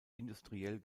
industriell